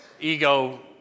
ego